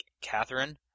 Catherine